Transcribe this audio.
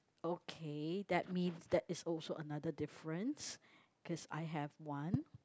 okay that mean that is also another difference cause I have one